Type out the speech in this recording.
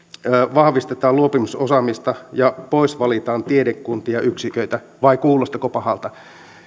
vahvistetaan luopumisosaamista ja poisvalitaan tiedekuntia ja yksiköitä vai kuulostiko pahalta